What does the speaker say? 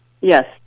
Yes